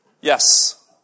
Yes